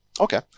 Okay